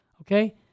Okay